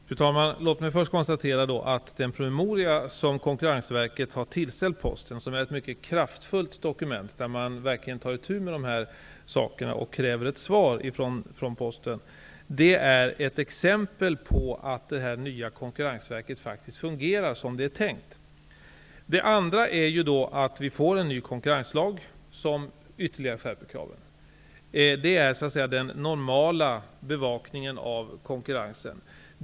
Fru talman! Låt mig först konstatera att den promemoria som Konkurrensverket har tillställt Posten är ett mycket kraftfull dokument där man verkligen tar itu med dessa saker och kräver ett svar från Posten. Detta är ett exempel på att det nya Konkurrensverket faktiskt fungerar som det är tänkt. Sedan får vi en ny konkurrenslag som ytterligare skärper kraven. Det är den normala bevakningen av konkurrensen.